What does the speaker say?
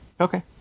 Okay